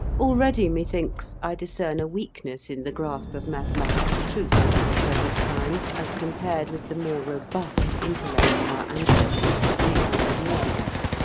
already methinks i discern a weakness in the grasp of mathematical truth at the present time as com pared with the more robust intellect of our ancestors three hundred years ago.